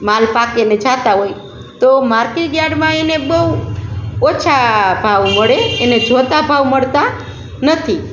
માલ પાકેને જાતા હોય તો માર્કેટ યાર્ડમાં એને બહુ ઓછા ભાવ મળે એને જોતા ભાવ મળતા નથી